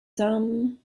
some